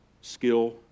Skill